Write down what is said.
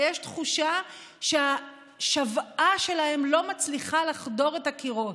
ויש תחושה שהשוועה שלהם לא מצליחה לחדור את הקירות.